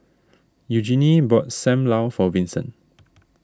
Eugenie bought Sam Lau for Vincent